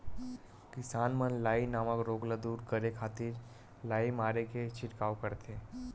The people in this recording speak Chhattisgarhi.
किसान मन लाई नामक रोग ल दूर करे खातिर लाई मारे के छिड़काव करथे